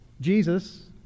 Jesus